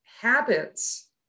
Habits